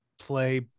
play